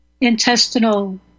intestinal